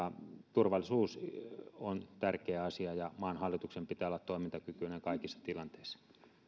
turvallisuus on tärkeä asia ja maan hallituksen pitää olla toimintakykyinen kaikissa tilanteissa